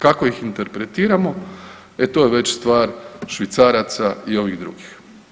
Kako ih interpretiramo e to je već stvar „švicaraca“ i ovih drugih.